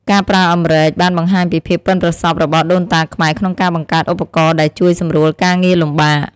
ការប្រើអម្រែកបានបង្ហាញពីភាពប៉ិនប្រសប់របស់ដូនតាខ្មែរក្នុងការបង្កើតឧបករណ៍ដែលជួយសម្រួលការងារលំបាក។